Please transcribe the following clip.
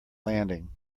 landing